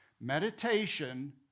Meditation